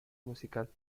musical